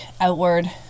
outward